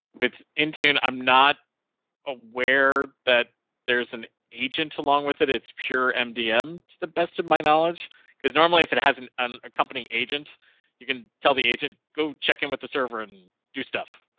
with intune, i'm not aware that there's an agent along with it. it's pure mdm to the best of my knowledge is normally if it hasn't ah company agent you can tell the agent go check in with the server and do stuff.